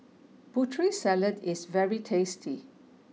Putri Salad is very tasty